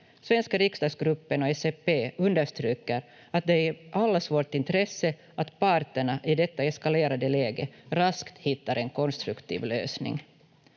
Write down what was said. Svenska riksdagsgruppen och SFP understryker att det är i allas vårt intresse att parterna, i detta eskalerade läge, raskt hittar en konstruktiv lösning.